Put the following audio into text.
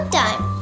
time